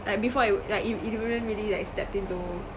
like before it wa~ like it it wouldn't really like stepped into